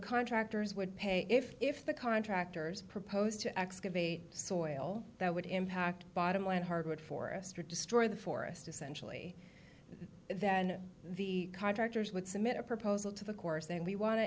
contractors would pay if if the contractors proposed to excavate soil that would impact bottomland hardwood forest or destroy the forest essentially then the contractors would submit a proposal to the chorus then we want to